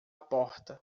porta